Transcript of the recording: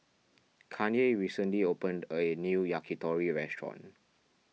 Kanye recently opened a new Yakitori restaurant